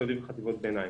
היסודי וחטיבות הביניים.